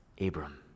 Abram